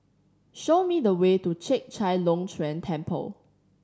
show me the way to Chek Chai Long Chuen Temple